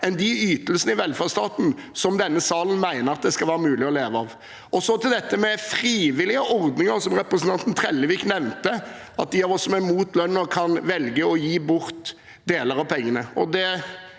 enn de ytelsene i velferdsstaten som denne salen mener det skal være mulig å leve av. Så til dette med frivillige ordninger, som representanten Trellevik nevnte, og at de av oss som er imot lønnen, kan velge å gi bort deler av pengene: